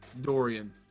Dorian